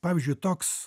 pavyzdžiui toks